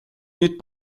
nüüd